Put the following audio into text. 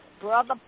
brother